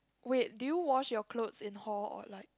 wait did you wash your clothes in hall or like